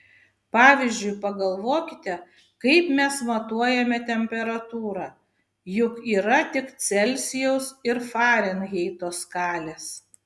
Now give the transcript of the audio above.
pavyzdžiui pagalvokite kaip mes matuojame temperatūrą juk yra tik celsijaus ir farenheito skalės